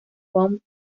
pop